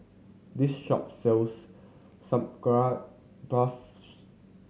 this shop sells